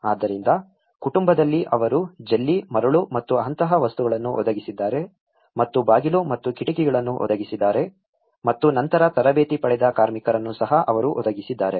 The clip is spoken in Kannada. ಆದ್ದರಿಂದ ಕುಟುಂಬದಲ್ಲಿ ಅವರು ಜಲ್ಲಿ ಮರಳು ಮತ್ತು ಅಂತಹ ವಸ್ತುಗಳನ್ನು ಒದಗಿಸಿದ್ದಾರೆ ಮತ್ತು ಬಾಗಿಲು ಮತ್ತು ಕಿಟಕಿಗಳನ್ನು ಒದಗಿಸಿದ್ದಾರೆ ಮತ್ತು ನಂತರ ತರಬೇತಿ ಪಡೆದ ಕಾರ್ಮಿಕರನ್ನು ಸಹ ಅವರು ಒದಗಿಸಿದ್ದಾರೆ